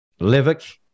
levick